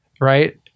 Right